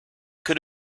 could